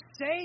say